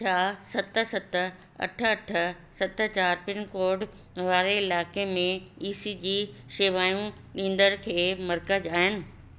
छा सत सत अठ अठ सत चारि पिनकोड वारे इलाइक़े में ईसीजी शेवाऊं ॾींदड़ के मर्कज़ आहिनि